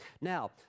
Now